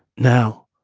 now,